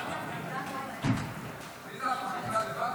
תמנו לא